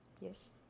Yes